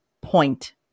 point